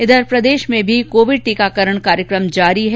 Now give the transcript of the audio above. इधर प्रदेश में भी टीकाकरण कार्यक्रम जारी है